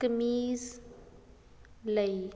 ਕਮੀਜ਼ ਲਈ